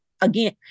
Again